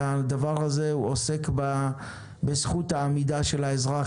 הדבר הזה עוסק בזכות העמידה של האזרח